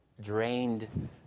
drained